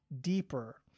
deeper